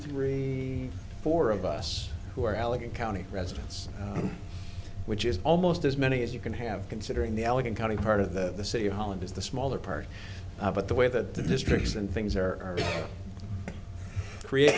three four of us who are elegant county residents which is almost as many as you can have considering the allegheny county part of the city holland is the smaller part but the way that the districts and things are create